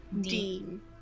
Dean